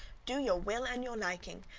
do your will and your liking,